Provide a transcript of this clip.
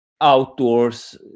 outdoors